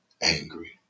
angry